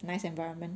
nice environment